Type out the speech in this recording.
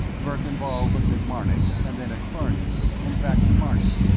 verkan vall looked at marnik, and then at klarnood, and back to marnik.